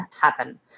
happen